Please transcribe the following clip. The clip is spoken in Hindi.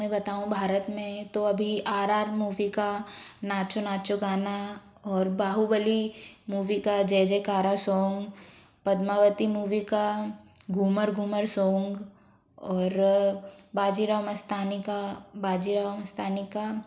मैं बताऊँ भारत में तो अभी आर आर मूवी का नाचो नाचो गाना और बाहुबली मूवी का जय जयकारा सॉन्ग पद्मावती मूवी का घूमर घूमर सॉन्ग और बाजीराव मस्तानी का बाजीराव मस्तानी का